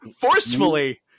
forcefully